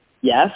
yes